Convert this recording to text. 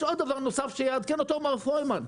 יש עוד דבר נוסף שיעדכן אותו מר פרוימן.